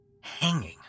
hanging